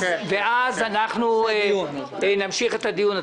ואז נמשיך את הדיון.